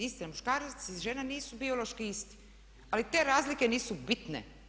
Isti muškarac, žena nisu biološki isti, ali te razlike nisu bitne.